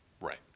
Right